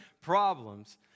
problems